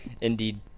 indeed